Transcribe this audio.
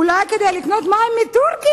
אולי כדי לקנות מים מטורקיה?